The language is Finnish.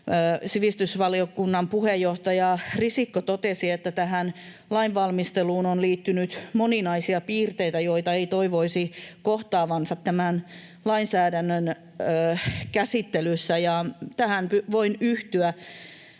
sivistysvaliokunnan puheenjohtaja Risikko totesi, että tähän lainvalmisteluun on liittynyt moninaisia piirteitä, joita ei toivoisi kohtaavansa tämän lainsäädännön käsittelyssä, ja tähän voin yhtyä.